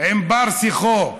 עם בר-שיחו.